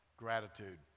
gratitude